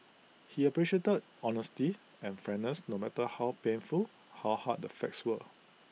he appreciated honesty and frankness no matter how painful how hard the facts were